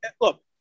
look